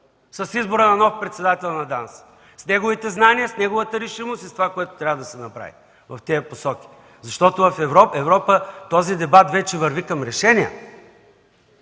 с избора на нов председател на ДАНС, с неговите знания, решимост и това, което трябва да се направи в тези посоки? В Европа този дебат вече върви към решение.